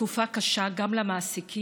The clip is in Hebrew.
זו תקופה קשה גם למעסיקים,